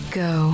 go